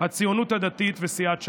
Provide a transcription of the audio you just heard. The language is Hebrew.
הציונות הדתית וסיעת ש"ס.